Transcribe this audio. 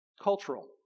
cultural